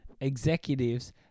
executives